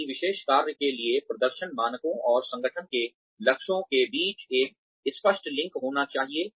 किसी विशेष कार्य के लिए प्रदर्शन मानकों और संगठन के लक्ष्यों के बीच एक स्पष्ट लिंक होना चाहिए